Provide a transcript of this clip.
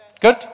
Good